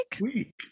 week